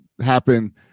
happen